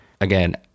Again